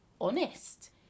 honest